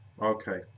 Okay